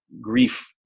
grief